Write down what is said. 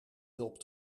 hulp